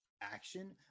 action